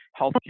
healthcare